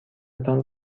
تان